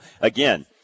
again